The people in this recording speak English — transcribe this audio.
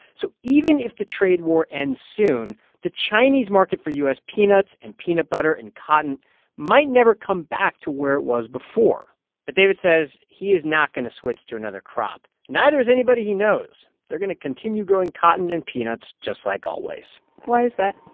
so even if the trade war ends soon, the chinese market for u s. peanuts and peanut butter and cotton might never come back to where it was before but david says he is not going to switch to another crop. neither is anybody he knows. they're going to continue growing cotton and peanuts, just like always why is that?